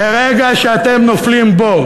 ברגע שאתם נופלים בו,